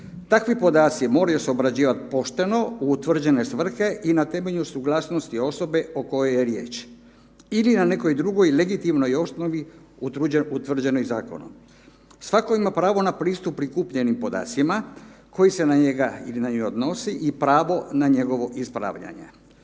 Takvi podaci moraju se obrađivat pošteno u utvrđene svrhe i na temelju suglasnosti osobe o kojoj je riječ ili na nekoj drugoj legitimnoj osnovi utvrđenoj zakonom. Svako ima pravo na pristup prikupljenim podacima koje se na njega ili na nju odnosi i pravo na njegovo ispravljanje.